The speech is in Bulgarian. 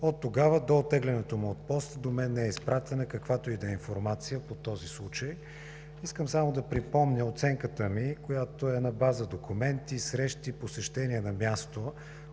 Оттогава до оттеглянето му от поста до мен не е изпратена каквато и да е информация по този случай. Искам само да припомня оценката ми, която е на база документи, срещи, посещения на място,